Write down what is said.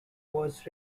was